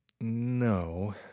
no